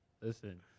Listen